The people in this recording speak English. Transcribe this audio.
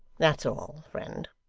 that's all, friend